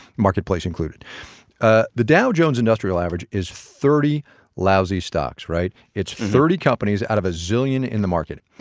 marketplace included ah the dow jones industrial average is thirty lousy stocks, right? it's thirty companies out of a zillion in the market.